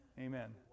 Amen